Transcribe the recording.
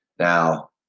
Now